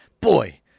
boy